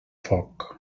foc